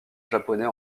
japonais